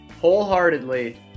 wholeheartedly